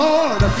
Lord